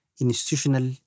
institutional